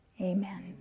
Amen